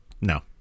no